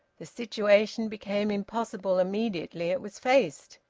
the situation became impossible immediately it was faced.